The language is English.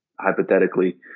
hypothetically